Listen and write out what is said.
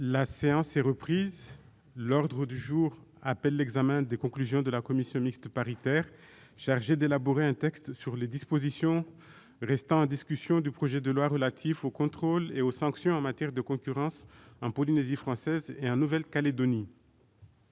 La séance est reprise. L'ordre du jour appelle l'examen des conclusions de la commission mixte paritaire chargée d'élaborer un texte sur les dispositions restant en discussion du projet de loi relatif aux contrôles et aux sanctions en matière de concurrence en Polynésie française et en Nouvelle-Calédonie